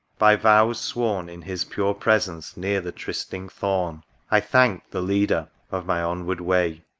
by vows sworn in his pure presence near the trysting thorn i thanked the leader of my onward way.